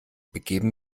begeben